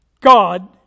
god